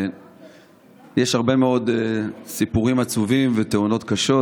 יש הרבה מאוד סיפורים עצובים ותאונות קשות,